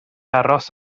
aros